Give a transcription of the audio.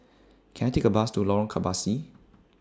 Can I Take A Bus to Lorong Kebasi